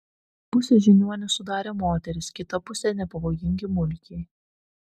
pusę žiniuonių sudarė moterys kitą pusę nepavojingi mulkiai